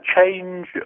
change